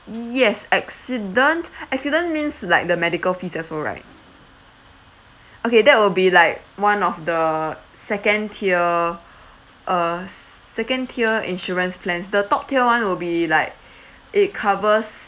yes accident accident means like the medical fees also right okay that will be like one of the second tier uh s~ second tier insurance plans the top tier one will be like it covers